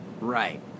Right